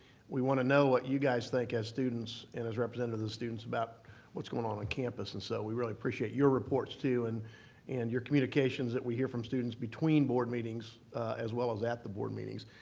we want to know what you guys think as students and as representative of the students about what's going on on campus and so we really appreciate your reports, too, and and your communications that we hear from students between board meetings as well as at the board meetings.